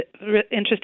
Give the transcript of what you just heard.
interesting